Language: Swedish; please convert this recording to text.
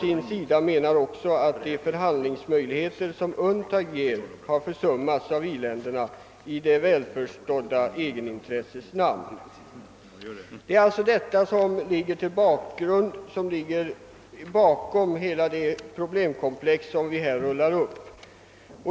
U-länderna anser att de förhandlingsmöjligheter som UNCTAD ger har försummats av i-länderna i egenintressets namn. Det är alltså dessa faktorer som ligger bakom det problemkomplex som här rullas upp.